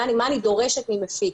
מה אני דורשת ממפיק,